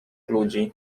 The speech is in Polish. ludzi